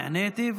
נעניתי,